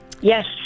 Yes